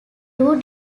too